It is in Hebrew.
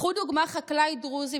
קחו לדוגמה חקלאי דרוזי,